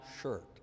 shirt